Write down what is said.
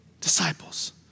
disciples